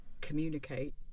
communicate